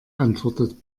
antwortet